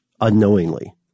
unknowingly